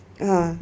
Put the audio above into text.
uh